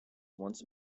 once